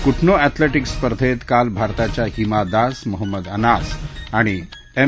कुटनो athletics स्पर्धेत काल भारताच्या हिमा दास मोहम्मद अनास आणि एम